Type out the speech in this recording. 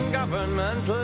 government